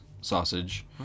sausage